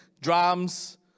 drums